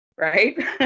Right